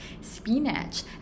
spinach